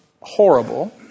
horrible